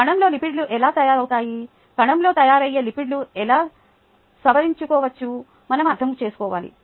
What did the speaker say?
కణంలో లిపిడ్లు ఎలా తయారవుతాయో కణంలో తయారయ్యే లిపిడ్లను ఎలా సవరించవచ్చో మనం అర్థం చేసుకోవాలి